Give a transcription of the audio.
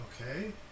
Okay